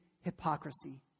hypocrisy